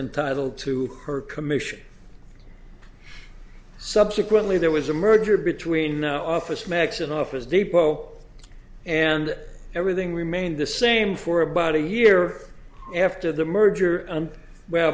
entitled to her commission subsequently there was a merger between office max and office depot and everything remained the same for about a year after the merger and well